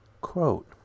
Quote